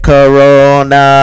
Corona